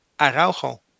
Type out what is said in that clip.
Araujo